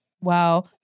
wow